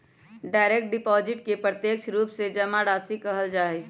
direct deposit के प्रत्यक्ष रूप से जमा राशि कहल जा हई